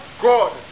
God